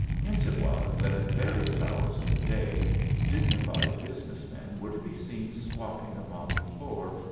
hence it was that at various hours of the day dignified business men were to be seen squatting upon the floor,